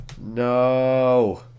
No